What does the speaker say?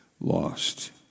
lost